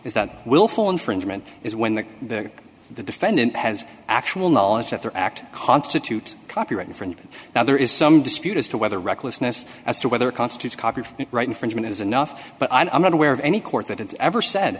is that willful infringement is when the the the defendant has actual knowledge that the act constitutes copyright infringement now there is some dispute as to whether recklessness as to whether constitutes copy right infringement is enough but i'm not aware of any court that it's ever said